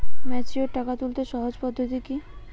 Mature টাকা তুলতে সহজ পদ্ধতি কি?